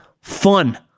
fun